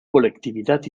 colectividad